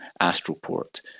AstroPort